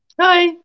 Hi